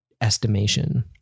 estimation